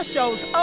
Shows